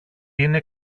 είναι